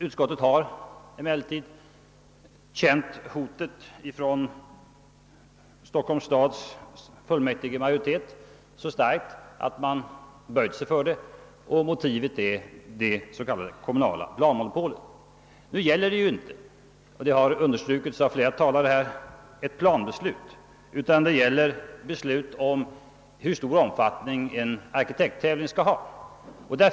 Utskottet har emellertid känt hotet från Stockholms stads fullmäktigemajoritet så starkt att man böjt sig för det; motivet är det s.k. kommunala planmonopolet. Som understrukits av flera talare här gäller det nu inte ett planbeslut utan ett beslut om hur stor omfattning en arkitekttävling skall ha.